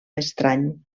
estrany